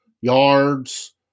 yards